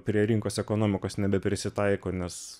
prie rinkos ekonomikos nebeprisitaiko nes